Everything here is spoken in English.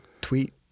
tweet